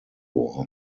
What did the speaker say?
war